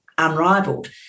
unrivaled